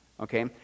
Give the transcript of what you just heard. okay